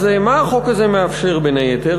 אז מה החוק הזה מאפשר, בין היתר?